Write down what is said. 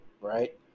Right